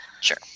Sure